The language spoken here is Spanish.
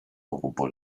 ocupó